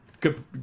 Good